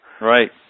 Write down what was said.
Right